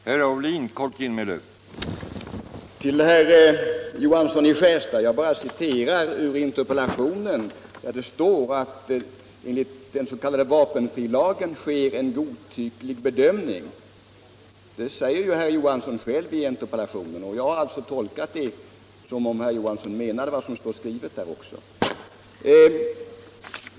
Herr talman! Till herr Johansson i Skärstad: Jag citerade ur interpellationen, där det står att ”enligt den s.k. vapenfrilagen sker en godtycklig bedömning.” Så säger ju herr Johansson själv i interpellationen. Och jag har alltså tolkat det som om herr Johansson också menade vad han skriver.